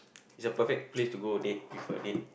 it's a perfect place to go date with a date